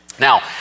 Now